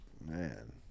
Man